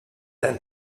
than